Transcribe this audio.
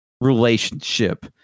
relationship